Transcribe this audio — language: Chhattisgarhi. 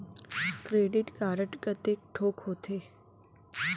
क्रेडिट कारड कतेक ठोक होथे?